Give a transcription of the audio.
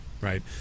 right